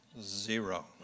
Zero